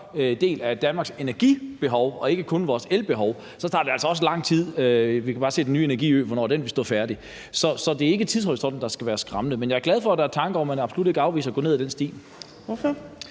del af Danmarks energibehov og ikke kun vores elbehov, så tager det altså også lang tid. Vi kan bare se på, hvornår den nye energiø vil stå færdig. Så det er ikke tidshorisonten, der skal være skræmmende. Men jeg er glad for, at der er de tanker, og at man absolut ikke afviser at gå ned ad den sti. Kl.